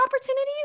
opportunities